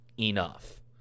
enough